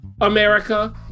America